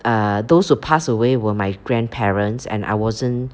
err those who pass away were my grandparents and I wasn't